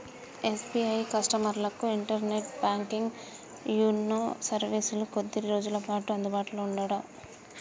SBI కస్టమర్లకు internet banking YONO సర్వీసులు కొద్ది రోజులపాటు అందుబాటులో ఉండవట